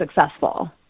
successful